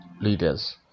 leaders